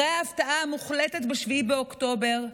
אחרי ההפתעה המוחלטת ב-7 באוקטובר,